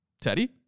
Teddy